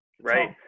Right